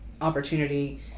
opportunity